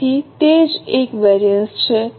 તેથી તે જ એક વેરિએન્સ છે